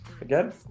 Again